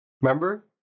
Remember